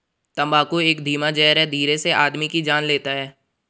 तम्बाकू एक धीमा जहर है धीरे से आदमी की जान लेता है